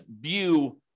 view